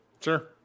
Sure